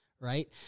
Right